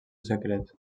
secret